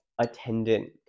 attendant